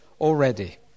already